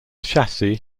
chassis